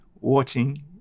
watching